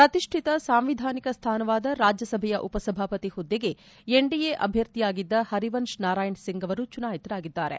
ಪ್ರತಿಷ್ಠಿತ ಸಾಂವಿಧಾನಿಕ ಸ್ಥಾನವಾದ ರಾಜ್ಯಸಭೆಯ ಉಪಸಭಾಪತಿ ಹುದ್ದೆಗೆ ಎನ್ಡಿಎ ಅಭ್ಯರ್ಥಿಯಾಗಿದ್ದ ಹರಿವಂಶ್ ನಾರಾಯಣ್ ಸಿಂಗ್ ಅವರು ಚುನಾಯಿತರಾಗಿದ್ದಾರೆ